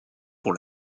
pour